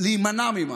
להימנע ממשהו.